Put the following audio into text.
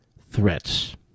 threats